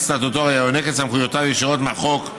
סטטוטורי היונק את סמכויותיו ישירות מהחוק,